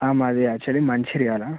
మాది యాక్చువల్లీ మంచిర్యాల